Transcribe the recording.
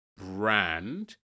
brand